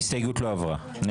ההסתייגות לא עברה.